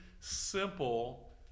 simple